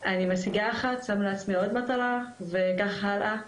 וכשאני משיגה אחת אני מציבה לעצמי אחת אחרת וכך הלאה,